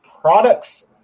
products